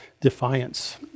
defiance